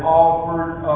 offered